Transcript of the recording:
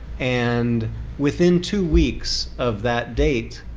and within two weeks of that date